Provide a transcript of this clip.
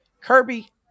Kirby